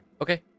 Okay